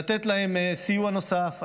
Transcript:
לתת להם סיוע נוסף.